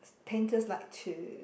painters like to